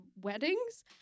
weddings